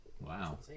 Wow